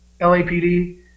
LAPD